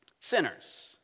Sinners